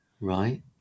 Right